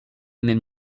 même